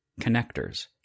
connectors